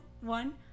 one